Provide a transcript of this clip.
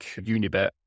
unibet